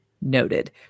Noted